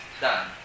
done